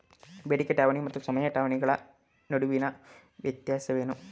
ಬೇಡಿಕೆ ಠೇವಣಿ ಮತ್ತು ಸಮಯ ಠೇವಣಿಗಳ ನಡುವಿನ ವ್ಯತ್ಯಾಸವೇನು?